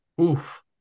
Oof